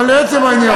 אבל לעצם העניין,